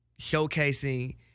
showcasing